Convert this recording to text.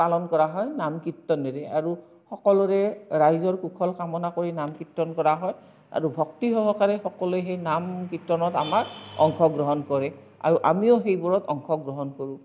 পালন কৰা হয় নাম কীৰ্তনেৰে আৰু সকলোৰে ৰাইজৰ কুশল কামনা কৰি নাম কীৰ্তন কৰা হয় আৰু ভক্তি সহকাৰে সকলোৱে সেই নাম কীৰ্তনত আমাৰ অংশগ্ৰহণ কৰে আৰু আমিও সেইবোৰত অংশগ্ৰহণ কৰোঁ